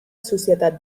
societat